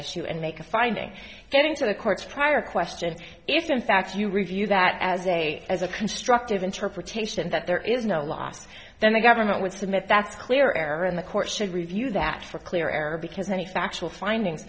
issue and make a finding getting to the court's prior question if in fact if you review that as a as a constructive interpretation that there is no loss then the government would submit that's clear error in the court should review that for clear error because any factual finding